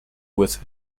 with